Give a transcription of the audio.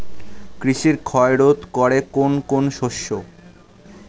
জমির ক্ষয় রোধ করে কোন কোন শস্য?